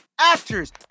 actors